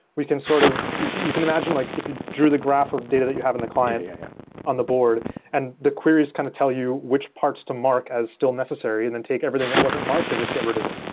we can sort of you you can imagine like if you drew the graph of data that you have in the client yeah yeah on the board and the queries kind of tell you which parts to mark as still necessary and then take everything that wasn't marked and just get rid of it.